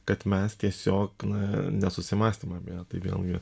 kad mes tiesiog na nesusimąstėm apie tai vėlgi